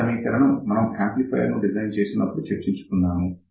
ఈ సమీకరణం మనం యాంప్లిఫయర్ డిజైన్ వివరించినప్పుడు చర్చించు కొన్నాము